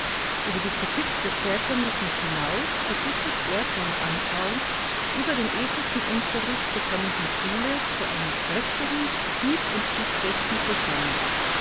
über die kritik des herkömmlichen hinaus verdichtet er seine anschauungen über den ethischen unterricht der kommenden schule zu einem kräftigen hieb und stichfesten programme